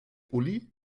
uli